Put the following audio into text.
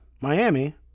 Miami